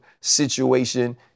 situation